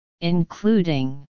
including